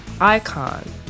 icon